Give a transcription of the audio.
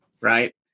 Right